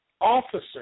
officer